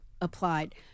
applied